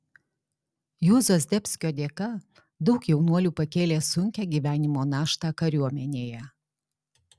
juozo zdebskio dėka daug jaunuolių pakėlė sunkią gyvenimo naštą kariuomenėje